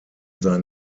sein